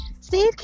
steve